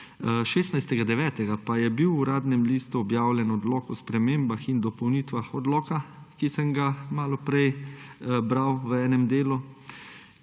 pa je bil v Uradnem listu objavljen odlok o spremembah in dopolnitvah odloka, ki sem ga malo prej bral v enem delu,